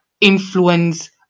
influence